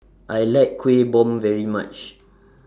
I like Kuih Bom very much